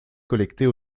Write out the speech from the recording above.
collectées